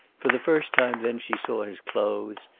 for the first time then she saw his clothes,